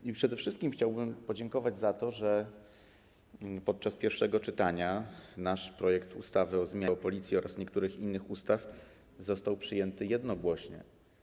I przede wszystkim chciałbym podziękować za to, że podczas pierwszego czytania nasz projekt ustawy o zmianie ustawy o Policji oraz niektórych innych ustaw został przyjęty jednogłośnie.